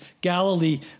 Galilee